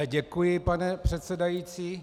Děkuji, pane předsedající.